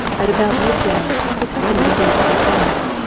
at about midday the company begins to assemble,